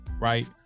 right